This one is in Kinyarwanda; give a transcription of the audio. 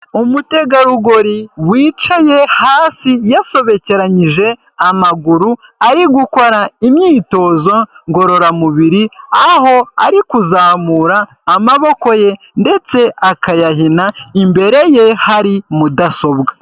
Umutegarugori wicaye hasi yasobekeranyije amaguru ari gukora imyitozo ngororamubiri aho ari kuzamura amaboko ye ndetse akayahina imbere ye hari mudasobwa.